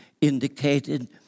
indicated